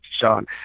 Sean